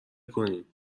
کنید